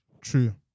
True